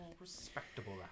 respectable